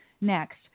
next